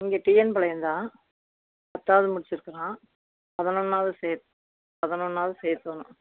இங்கே டிஎன் பாளையம் தான் பத்தாவது முடிச்சிருக்குறான் பதினொன்னாவது சேக் பதினொன்னாவது சேர்க்கணும்